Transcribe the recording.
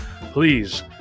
Please